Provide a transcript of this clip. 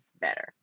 better